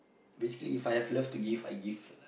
basically If I have love to give I give